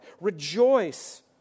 rejoice